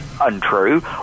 untrue